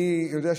אני יודע,